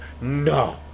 no